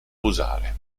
usare